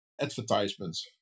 advertisements